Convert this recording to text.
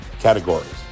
categories